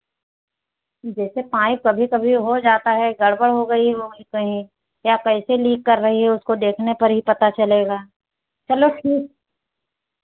जैसे पाइप कभी कभी हो जाता है गड़बड़ हो गई होगी कहीं या कैसे लीक कर रही है उसको देखने पर ही पता चलेगा चलो ठीक है